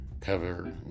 cover